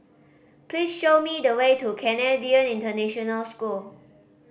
please show me the way to Canadian International School